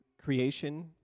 creation